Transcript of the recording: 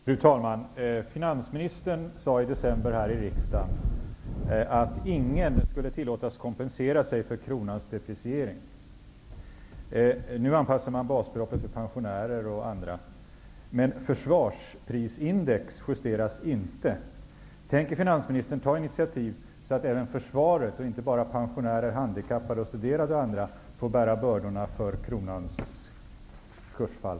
Fru talman! Finansministern sade i december i riksdagen att ingen skulle tillåtas kompensera sig för kronans depreciering. Nu anpassas basbeloppet för pensionärer osv. Men försvarsprisindex justeras inte. Tänker finansministern ta initiativ till att även försvaret, inte bara pensionärer, handikappade och studerande, får bära bördorna för kronans kursfall?